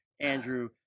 Andrew